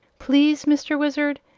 please, mr. wizard,